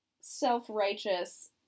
self-righteous